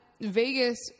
Vegas